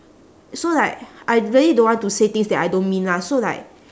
so like I really don't want to say things that I don't mean lah so like